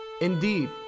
Indeed